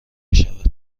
میشود